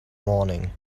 morning